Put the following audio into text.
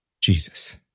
Jesus